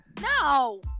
No